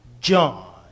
John